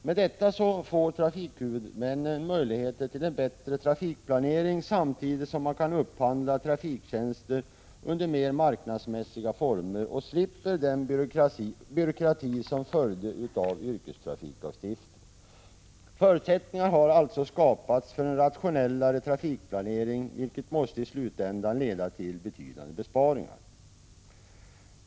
Med detta får trafikhuvudmännen möjligheter till en bättre trafikplanering, samtidigt som man kan upphandla trafiktjänster under mer marknadsmässiga former och slippa den byråkrati som följde av yrkestrafiklagstiftningen. Förutsättningar har alltså skapats för en rationellare trafikplanering, vilket i slutändan måste leda till betydande besparingar.